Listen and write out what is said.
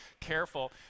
careful